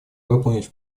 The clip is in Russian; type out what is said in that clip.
выполнить